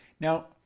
Now